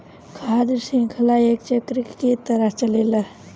खाद्य शृंखला एक चक्र के तरह चलेला